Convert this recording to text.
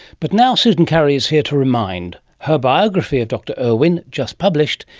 but now susan currie is here to remind. her biography of dr irwin, just published,